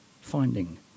Finding